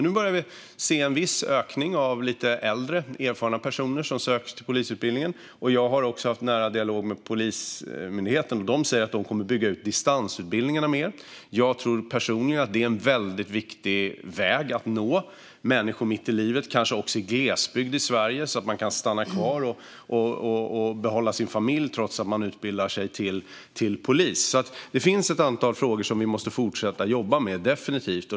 Nu börjar vi se en viss ökning av att lite äldre, mer erfarna personer söker sig till polisutbildningen. Jag har också haft en nära dialog med Polismyndigheten, som säger att man ska bygga ut distansutbildningarna mer. Jag tror personligen att det är en viktig väg att nå människor mitt i livet. Det kan också gälla dem i glesbygd i Sverige, så att de kan stanna kvar hos sina familjer när de utbildar sig till polis. Det finns ett antal frågor som vi definitivt måste jobba med.